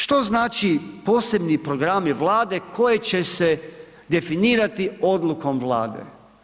Što znači posebni programi Vlade koji će se definirati odlukom Vlade.